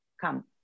come